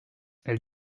elle